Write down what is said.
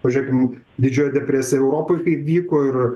pažiūrėkim didžioji depresija europoj kaip vyko ir